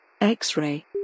X-Ray